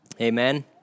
Amen